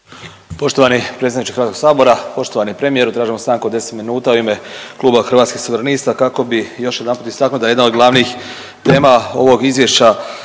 Poštovani predsjedniče HS-a, poštovani premijeru, tražimo stanku od 10 minuta u ime Kluba Hrvatskih suverenista kako bih još jedanput istaknuo da jedan od glavnih tema ovog izvješća